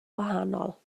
wahanol